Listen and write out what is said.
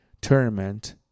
tournament